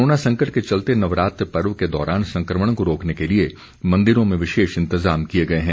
corona संकट के चलते नवरात्र पर्व के दौरान संक्रमण को रोकने के लिए मंदिरों में विशेष इंतजाम किए गए हैं